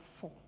four